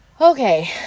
Okay